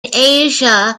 asia